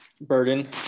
burden